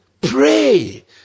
pray